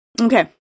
Okay